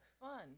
fun